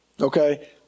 okay